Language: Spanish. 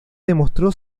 demostró